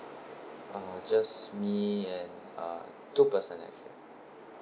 uh just me and uh two person actually